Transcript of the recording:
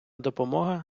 допомога